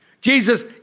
Jesus